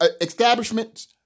establishments